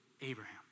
Abraham